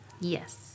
Yes